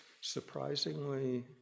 surprisingly